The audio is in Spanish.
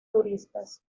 turistas